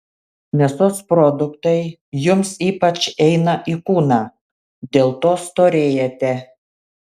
mėsos produktai jums ypač eina į kūną dėl to storėjate